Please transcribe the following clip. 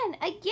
again